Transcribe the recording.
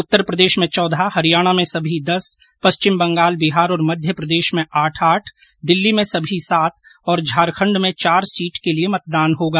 उत्तर प्रदेश में चौदह हरियाणा में सभी दस पश्चिम बंगाल बिहार और मध्य प्रदेश में आठ आठ दिल्ली में सभी सात और झारखंड में चार सीट के लिये मतदान होगा